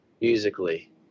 musically